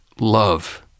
love